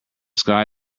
sky